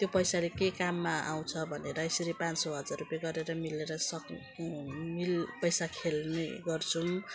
त्यो पैसाले केही काममा आउँछ भनेर यसरी पाँच सौ हजार रुपियाँ गरेर मिलेर सकिन्छ मिल पैसा खेल्ने गर्छौँ